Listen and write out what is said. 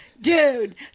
dude